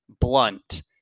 Blunt